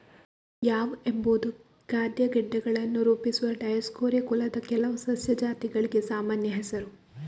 yam ಎಂಬುದು ಖಾದ್ಯ ಗೆಡ್ಡೆಗಳನ್ನು ರೂಪಿಸುವ ಡಯೋಸ್ಕೋರಿಯಾ ಕುಲದ ಕೆಲವು ಸಸ್ಯ ಜಾತಿಗಳಿಗೆ ಸಾಮಾನ್ಯ ಹೆಸರು